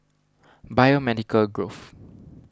Biomedical Grove